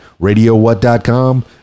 radiowhat.com